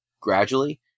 gradually